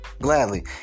Gladly